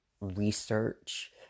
research